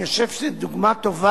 אני חושב שזאת דוגמה טובה,